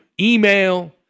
Email